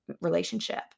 relationship